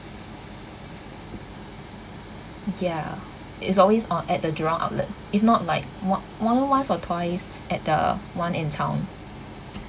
ya is always on at the jurong outlet if not like mon~ monthly once or twice at the one in town